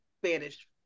Spanish